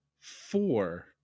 four